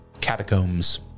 Catacombs